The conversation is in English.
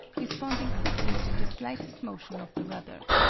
responding quickly to the slightest motion of the rudder.